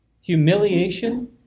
humiliation